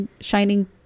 shining